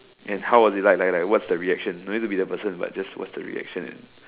and how was it like like what's the reaction don't need to be the person but just what's the reaction and